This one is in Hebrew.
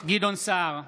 גדעון סער,